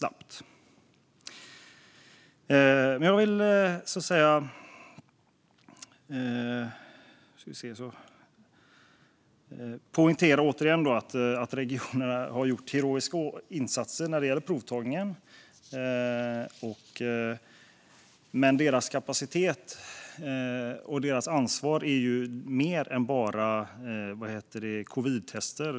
Låt mig åter poängtera att regionerna har gjort heroiska insatser när det gäller provtagningen. Men deras kapacitet och ansvar handlar om mer än covidtester.